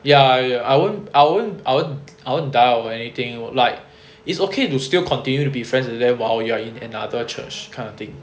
ya ya I won't I won't I won't I won't die or anything like it's okay to still continue to be friends with them while you are in another church kind of thing